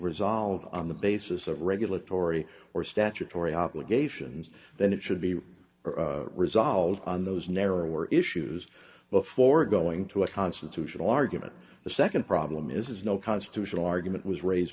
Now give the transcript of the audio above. resolved on the basis of regulatory or statutory obligations then it should be resolved on those narrower issues before going to a constitutional argument the second problem is no constitutional argument was raised